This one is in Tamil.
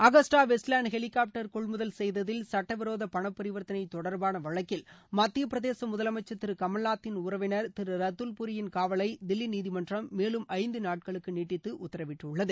அகஸ்டா வெஸ்ட்லேன்ட் ஹெலிகாப்டர் கொள்முதல் செய்ததில் சட்டவிரோத பன பரிவர்த்தனை தொடர்பான வழக்கில் மத்திய பிரதேச முதலமைச்சர் திரு கமல்நாத்தின் உறவினர் திரு ரத்துல்பூரியின் காவலை தில்லி நீதிமன்றம் மேலும் ஐந்து நாட்களுக்கு நீட்டித்து உத்தரவிட்டுள்ளது